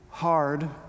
hard